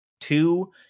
two